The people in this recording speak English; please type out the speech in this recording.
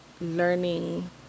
learning